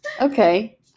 Okay